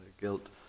guilt